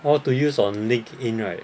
all to use on LinkedIn right